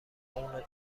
اونو